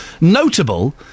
Notable